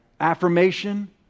affirmation